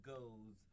Goes